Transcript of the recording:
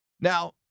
Now